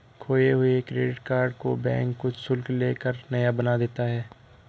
खोये हुए credit card को बैंक कुछ शुल्क ले कर नया बना देता है